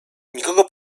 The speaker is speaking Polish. nikogo